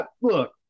Look